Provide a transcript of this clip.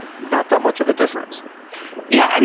not that much of a difference yeah, and